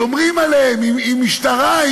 שומרים עליהם עם משטרה,